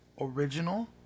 original